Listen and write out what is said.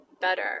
better